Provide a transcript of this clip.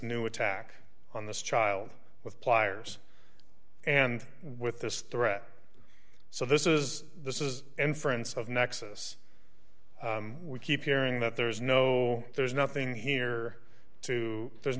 new attack on this child with pliers and with this threat so this is this is inference of nexus we keep hearing that there's no there's nothing here to there's